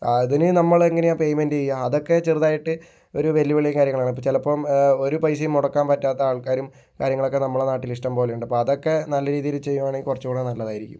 അതിന് നമ്മൾ എങ്ങനെ പേയ്മെന്റ് ചെയ്യാം അതൊക്കെ ചെറുതായിട്ട് ഒരു വെല്ലുവിളി കാര്യങ്ങളാണ് ചിലപ്പം ഒരു പൈസയും മുടക്കാൻ പറ്റാത്ത ആൾക്കാരും കാര്യങ്ങളൊക്കെ നമ്മുടെ നാട്ടിൽ ഇഷ്ടം പോലെ ഉണ്ട് അപ്പ അതൊക്കെ നല്ല രീതിയിൽ ചെയ്യുവാണെങ്കിൽ കുറച്ചും കൂടെ നല്ലതായിരിക്കും